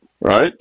right